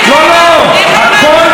איך האיראנים הגיעו לסוריה,